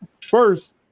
First